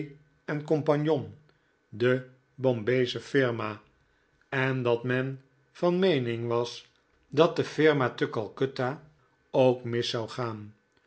co de bombaysche firma en dat men van meening was dat de firma te calcutta ook mis zou gaan